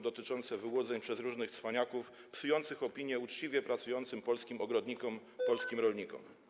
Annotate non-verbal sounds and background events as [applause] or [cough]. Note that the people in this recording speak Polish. Chodzi o wyłudzenia przez różnych cwaniaków psujących opinię uczciwie pracującym polskim ogrodnikom, [noise] polskim rolnikom.